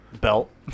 Belt